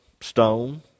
stone